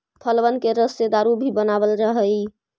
फलबन के रस से दारू भी बनाबल जा हई